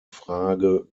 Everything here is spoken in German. frage